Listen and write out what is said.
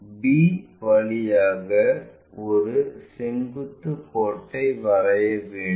b வழியாக ஒரு செங்குத்து கோட்டை வரைய வேண்டும்